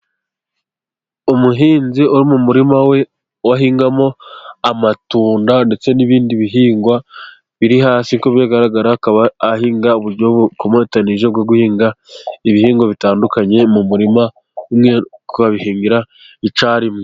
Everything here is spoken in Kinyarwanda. Umuhinzi uri mu murima we ahingamo amatunda ndetse n'ibindi bihingwa biri hasi, nkuko bigaragara, akaba ahinga uburyo bukomatanyije, bwo guhinga ibihingwa bitandukanye mu murima umwe, ukabihingira icyarimwe.